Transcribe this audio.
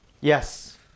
yes